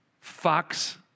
fox